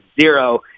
zero